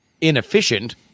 inefficient